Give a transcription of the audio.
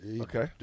Okay